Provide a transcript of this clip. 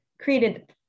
created